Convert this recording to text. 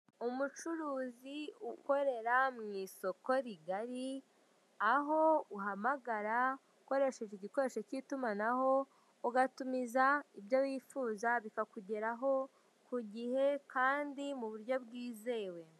Umucuruzi ukorera mu isoko rigari, aho uhamagara ukoresheje igikoresho cy'itumanaho, ugatumiza ibyo wifuza bikakugeraho ku gihe kandi mu buryo bwizewe.